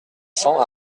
cents